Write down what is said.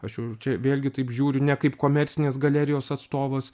aš jau čia vėlgi taip žiūriu ne kaip komercinės galerijos atstovas